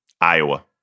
Iowa